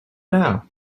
now